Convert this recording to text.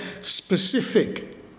specific